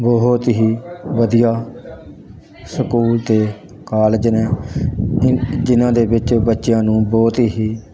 ਬਹੁਤ ਹੀ ਵਧੀਆ ਸਕੂਲ ਅਤੇ ਕਾਲਜ ਨੇ ਜਿਨ੍ਹਾਂ ਦੇ ਵਿੱਚ ਬੱਚਿਆਂ ਨੂੰ ਬਹੁਤ ਹੀ